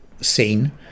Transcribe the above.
scene